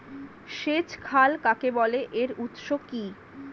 সেচ খাল কাকে বলে এর উৎস কি?